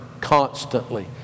constantly